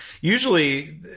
usually